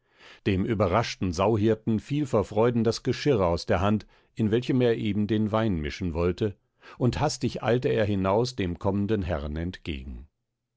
dem überraschten sauhirten fiel vor freuden das geschirr aus der hand in welchem er eben den wein mischen wollte und hastig eilte er hinaus dem kommenden herrn entgegen